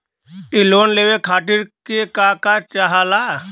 इ लोन के लेवे खातीर के का का चाहा ला?